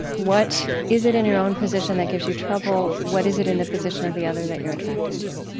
what is it in your own position that gives you trouble? what is it in the position of the other that you're attracted to?